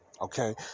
okay